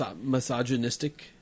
misogynistic